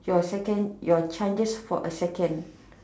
your second your chances for a second